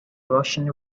russian